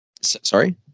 Sorry